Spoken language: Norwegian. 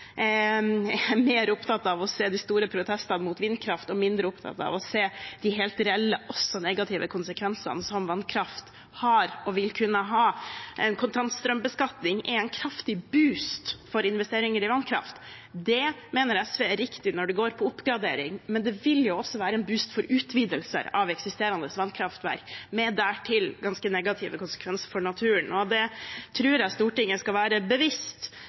er mer opptatt av å se de store protestene mot vindkraft og mindre opptatt av å se de helt reelle, også negative konsekvensene som vannkraft har og vil kunne ha. En kontantstrømbeskatning er en kraftig boost for investeringer i vannkraft. Det mener SV er riktig når det går på oppgradering, men det vil jo også være en boost for utvidelser av eksisterende vannkraftverk med dertil ganske negative konsekvenser for naturen. Det tror jeg Stortinget skal være bevisst